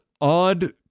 odd